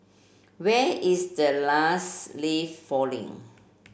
when is the last leaf falling